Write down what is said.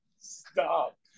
Stop